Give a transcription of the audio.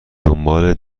دنبال